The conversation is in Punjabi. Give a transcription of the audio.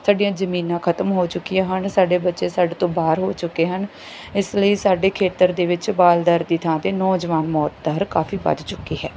ਸਾਡੀਆਂ ਜ਼ਮੀਨਾਂ ਖਤਮ ਹੋ ਚੁੱਕੀਆਂ ਹਨ ਸਾਡੇ ਬੱਚੇ ਸਾਡੇ ਤੋਂ ਬਾਹਰ ਹੋ ਚੁੱਕੇ ਹਨ ਇਸ ਲਈ ਸਾਡੇ ਖੇਤਰ ਦੇ ਵਿੱਚ ਬਾਲ ਦਰ ਦੀ ਥਾਂ 'ਤੇ ਨੌਜਵਾਨ ਮੌਤ ਦਰ ਕਾਫੀ ਵਧ ਚੁਕੀ ਹੈ